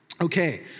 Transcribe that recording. Okay